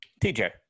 tj